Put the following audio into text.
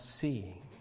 seeing